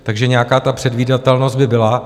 Takže nějaká ta předvídatelnost by byla.